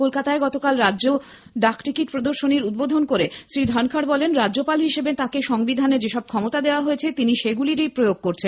কলকাতায় গতকাল রাজ্য ডাকটিকিট প্রদর্শনীর উদ্বোধন করে শ্রী ধনখড় বলেন রাজ্যপাল হিসেবে তাঁকে সংবিধানে যেসব ক্ষমতা দেওয়া হয়েছে তিনি সেগুলিরই প্রয়োগ করছেন